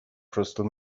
crystal